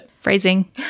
Phrasing